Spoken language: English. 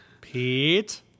Pete